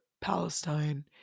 Palestine